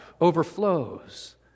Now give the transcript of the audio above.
overflows